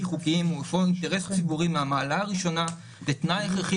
חוקיים הוא אפוא אינטרס ציבורי מן המעלה הראשונה ותנאי הכרחי